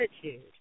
attitude